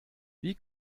wie